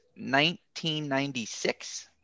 1996